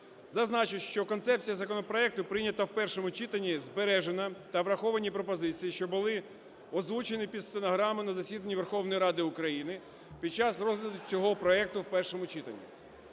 Зазначу, що концепція законопроекту, прийнята в першому читанні, збережена та враховані пропозиції, що були озвучені під стенограму на засіданні Верховної Ради України під час розгляду цього проекту в першому читанні.